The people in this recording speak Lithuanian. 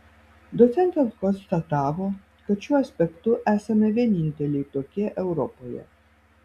docentas konstatavo kad šiuo aspektu esame vieninteliai tokie europoje